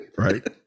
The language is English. Right